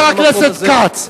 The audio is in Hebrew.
חבר הכנסת כץ.